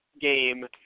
game